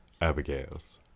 Abigail's